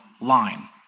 line